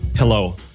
Hello